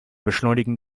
beschleunigen